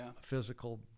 physical